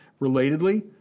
Relatedly